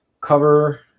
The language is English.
cover